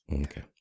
Okay